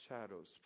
shadows